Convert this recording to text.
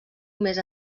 més